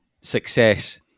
success